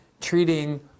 treating